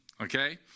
okay